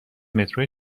مترو